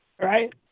right